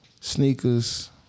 sneakers